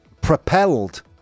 propelled